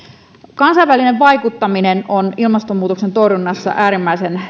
kansainvälinen vaikuttaminen on ilmastonmuutoksen torjunnassa äärimmäisen